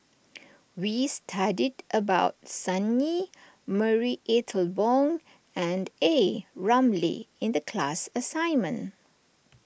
we studied about Sun Yee Marie Ethel Bong and A Ramli in the class assignment